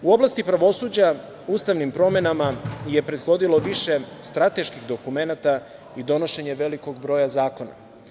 U oblasti pravosuđa ustavnim promenama je prethodilo više strateških dokumenata i donošenje velikog broja zakona.